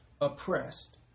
oppressed